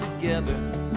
together